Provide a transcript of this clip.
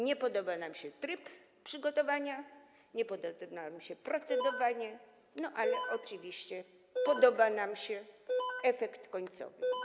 Nie podoba nam się tryb przygotowania, nie podoba nam się procedowanie, ale oczywiście podoba nam się efekt końcowy.